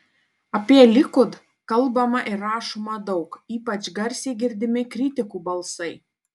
apie likud kalbama ir rašoma daug ypač garsiai girdimi kritikų balsai